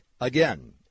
again